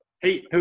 Hey